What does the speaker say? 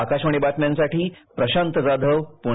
आकाशवाणी बातम्यांसाठी प्रशांत जाधव पूणे